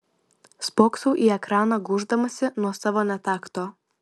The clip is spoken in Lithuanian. spoksau į ekraną gūždamasi nuo savo netakto